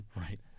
Right